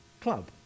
club